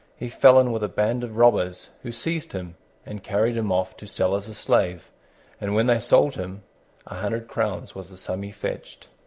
he fell in with a band of robbers, who seized him and carried him off to sell as a slave and when they sold him a hundred crowns was the sum he fetched.